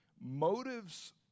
motives